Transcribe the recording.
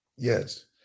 Yes